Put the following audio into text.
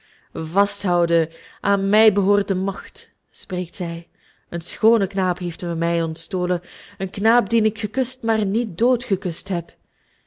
vasthouden aan mij behoort de macht spreekt zij een schoonen knaap heeft men mij ontstolen een knaap dien ik gekust maar niet doodgekust heb